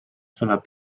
tuleb